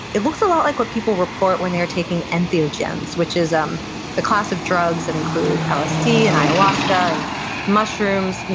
it lot like what people report when they are taking entheogens, which is um a class of drugs that include lsd and ayahuasca and mushrooms,